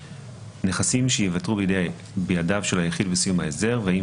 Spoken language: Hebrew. נכסים שייוותרו בידיו של היחיד בסיום ההסדר והאם